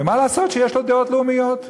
ומה לעשות שיש לו דעות לאומיות?